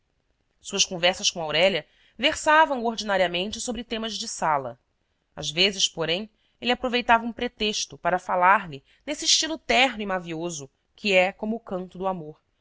suas conversas com aurélia versavam ordinariamente sobre temas de sala às vezes porém ele aproveitava um pretexto para falar-lhe nesse estilo terno e mavioso que é como o canto do amor